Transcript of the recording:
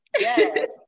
Yes